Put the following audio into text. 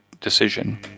decision